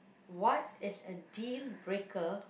what is a dealbreaker